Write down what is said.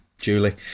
Julie